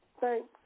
thanks